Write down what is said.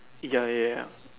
ya ya ya ya